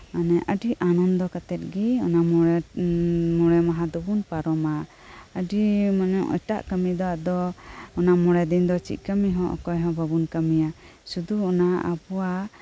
ᱢᱟᱱᱮ ᱟᱹᱰᱤ ᱟᱱᱚᱱᱫᱚ ᱠᱟᱛᱮᱜ ᱜᱤ ᱚᱱᱟ ᱢᱚᱲᱮ ᱢᱟᱦᱟ ᱫᱚᱵᱩᱱ ᱯᱟᱨᱚᱢᱟ ᱟᱹᱰᱤ ᱢᱟᱱᱮ ᱮᱴᱟᱜ ᱠᱟᱹᱢᱤᱫᱚ ᱚᱱᱟ ᱢᱚᱲᱮᱫᱤᱱ ᱫᱚ ᱪᱮᱫ ᱠᱟᱹᱢᱤᱦᱚ ᱚᱠᱚᱭ ᱦᱚᱸ ᱵᱟᱵᱩᱱ ᱠᱟᱹᱢᱤᱭᱟ ᱥᱩᱫᱷᱩ ᱚᱱᱟ ᱟᱵᱩᱣᱟᱜ